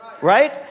right